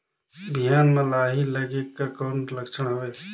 बिहान म लाही लगेक कर कौन लक्षण हवे?